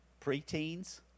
preteens